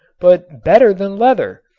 but better than leather.